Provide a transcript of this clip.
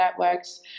networks